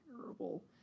terrible